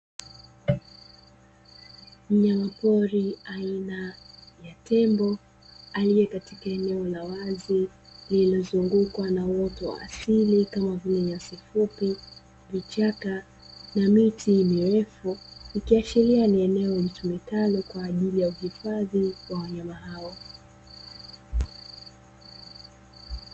Mnyama pori aina ya tembo aliye katika eneo la wazi lililozungukwa na uoto wa asili kama vile nyasi fupi, vichaka na miti mirefu ikiashiria ni eneo litumikalo kwa ajili ya uhifadhi wa wanyama hao.